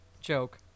joke